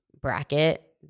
bracket